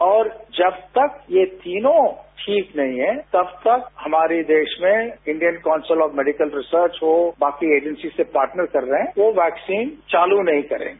और जब तक यह तीनों ठीक नही हैं तब तक हमारे देश में Indian council of medical research जो बाकी एजेन्सी से पार्टनर कर रहे हैं तो वैक्सीन चालू नहीं करेंगे